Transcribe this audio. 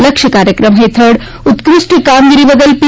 લક્ષ્ય કાર્યક્રમ હેઠળ ઉત્કૃષ્ટ કામગીરી બદલ પી